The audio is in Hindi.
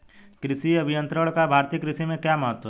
कृषि अभियंत्रण का भारतीय कृषि में क्या महत्व है?